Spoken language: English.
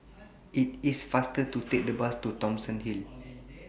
IT IS faster to Take The Bus to Thomson Hill